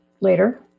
later